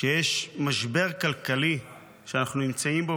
כשיש משבר כלכלי שאנחנו נמצאים בו,